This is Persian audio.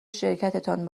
شرکتتان